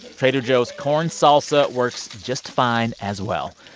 trader joe's corn salsa works just fine as well.